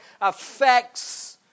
affects